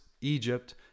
Egypt